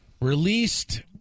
released